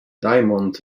diamond